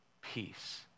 peace